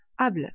able